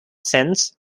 since